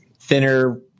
thinner